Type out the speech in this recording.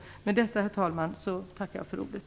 Med detta, herr talman, tackar jag för ordet.